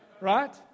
right